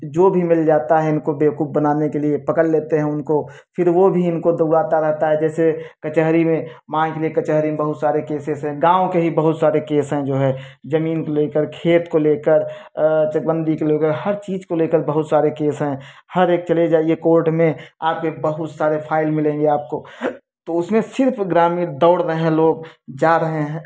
जो भी मिल जाता है इनको बेवकूफ बनाने के लिए पकड़ लेते हैं उनको फिर वो भी इनको दौड़ाता रहता है जैसे कचहरी में मान लिये कचहरी में बहुत सारे केसेज़ हैं गाँव के ही बहुत सारे केस हैं जो है जमीन को लेकर खेत को लेकर चकबन्दी को लेकर हर चीज को लेकर बहुत सारे केस हैं हर एक चले जाइए कोर्ट में आपके बहुत सारे फाइल मिलेंगे आपको तो उसमें सिर्फ ग्रामीण दौड़ रहे हें लोग जा रहे हैं